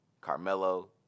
Carmelo